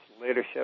leadership